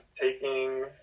taking